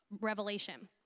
revelation